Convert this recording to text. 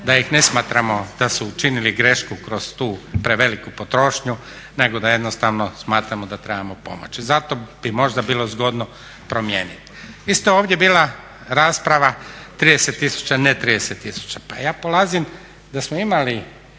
da ih ne smatramo da su učinili grešku kroz tu preveliku potrošnju nego da jednostavno smatramo da trebamo pomoći. Zato bi možda bilo zgodno promijeniti. Isto je ovdje bila rasprava 30 tisuća, ne 30 tisuća. Pa ja polazim da smo imali